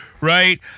right